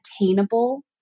attainable